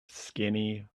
skinny